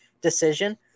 decision